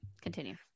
Continue